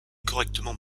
correctement